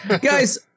guys